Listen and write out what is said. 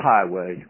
Highway